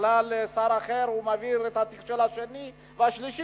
בכלל שר אחר מעביר את התיק של השני והשלישי.